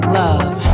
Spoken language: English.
love